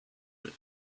with